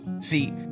See